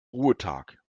ruhetag